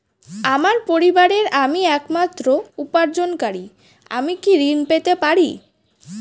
আমার পরিবারের আমি একমাত্র উপার্জনকারী আমি কি ঋণ পেতে পারি?